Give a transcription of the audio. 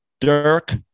Dirk